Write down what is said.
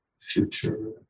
future